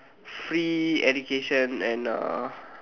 free education and uh